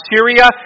Syria